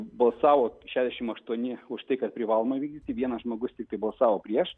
balsavo šediašimt aštuoni už tai kad privaloma įvykdyti vienas žmogus tiktai balsavo prieš